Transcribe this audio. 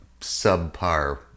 subpar